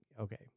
okay